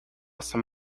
some